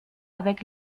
avec